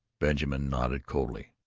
benjamin nodded coldly.